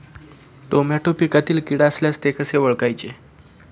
Tomato पिकातील कीड असल्यास ते कसे ओळखायचे?